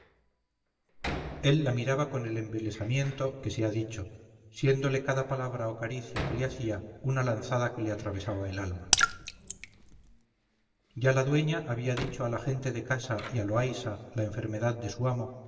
él la miraba con el embelesamiento que se ha dicho siéndole cada palabra o caricia que le hacía una lanzada que le atravesaba el alma ya la dueña había dicho a la gente de casa y a loaysa la enfermedad de su amo